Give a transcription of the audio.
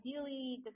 ideally